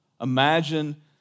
Imagine